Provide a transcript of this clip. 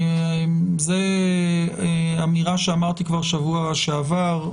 זאת אמירה שאמרתי כבר בשבוע שעבר.